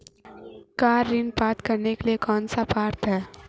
Car ऋण प्राप्त करने के लिए कौन पात्र है?